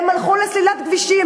הם הלכו לסלילת כבישים,